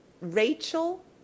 Rachel